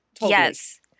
Yes